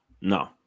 No